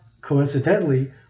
coincidentally